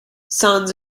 sounds